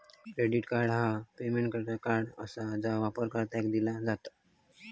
credit card ह्या payment card आसा जा वापरकर्त्यांका दिला जात